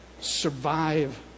survive